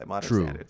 True